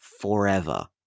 forever